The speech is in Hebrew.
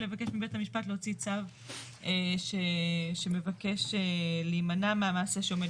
לבקש מבית המשפט להוציא צו שמבקש להימנע מהמעשה שעומד